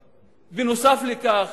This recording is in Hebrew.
נוסף על כך,